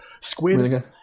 Squid